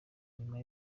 nyuma